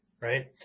right